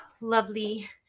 lovely